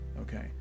okay